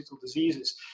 diseases